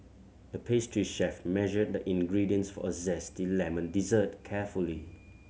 the pastry chef measured the ingredients for a zesty lemon dessert carefully